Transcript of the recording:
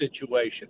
situation